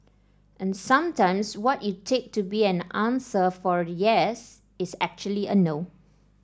and sometimes what you take to be an answer for yes is actually a no